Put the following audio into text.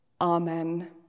Amen